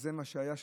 וזה מה שהיה שם,